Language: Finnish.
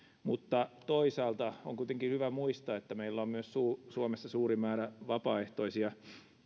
mutta toisaalta on kuitenkin hyvä muistaa että meillä on myös suomessa suuri määrä vapaaehtoisia